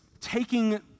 taking